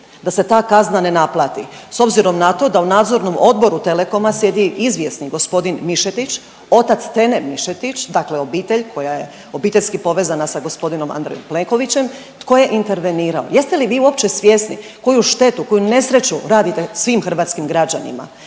da se ta kazna ne naplati s obzirom na to da u nadzornom odboru Telecoma sjedi izvjesni gospodin Mišetić, otac Tene Mišetić, dakle obitelj koja je obiteljski povezana sa gospodinom Andrejem Plenkovićem, tko je intervenirao? Jeste li vi uopće svjesni koju štetu, koju nesreću radite svim hrvatskim građanima?